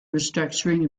restructuring